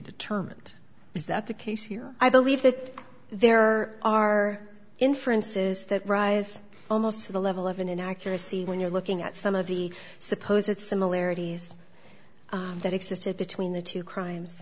determined is that the case here i believe that there are inferences that rise almost to the level of an inaccuracy when you're looking at some of the suppose it's similarities that existed between the two crimes